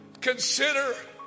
consider